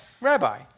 Rabbi